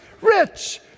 Rich